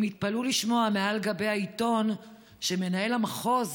הם התפלאו לשמוע מעל גבי העיתון שמנהל המחוז,